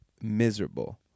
miserable